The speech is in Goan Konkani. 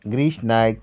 गिरीश नायक